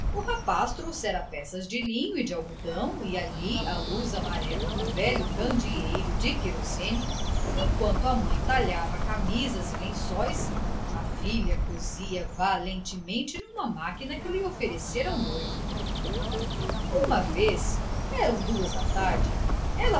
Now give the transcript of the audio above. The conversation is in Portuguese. o rapaz trouxera peças de linho e de algodão e ali à luz amarela do velho candeeiro de querosene enquanto a mãe talhava camisas e lençóis a filha cosia valentemente numa máquina que lhe oferecera o noivo uma vez eram duas da tarde